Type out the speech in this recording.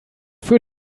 für